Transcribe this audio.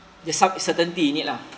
there's som~ certainty in it lah